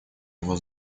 его